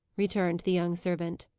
returned the young servant.